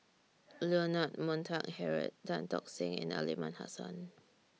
Leonard Montague Harrod Tan Tock Seng and Aliman Hassan